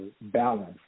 balance